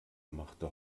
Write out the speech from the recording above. machte